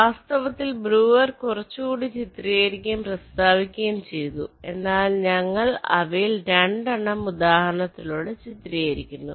വാസ്തവത്തിൽ ബ്രൂവർ കുറച്ചുകൂടി ചിത്രീകരിക്കുകയും പ്രസ്താവിക്കുകയും ചെയ്തു എന്നാൽ ഞങ്ങൾ അവയിൽ 2 എണ്ണം ഉദാഹരണത്തിലൂടെ ചിത്രീകരിക്കുന്നു